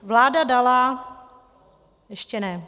Vláda dala... ještě ne.